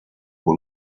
por